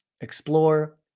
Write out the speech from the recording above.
explore